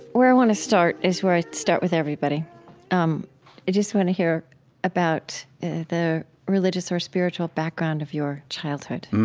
where i want to start is where i'd start with everybody i um just want to hear about the religious or spiritual background of your childhood.